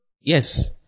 Yes